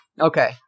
Okay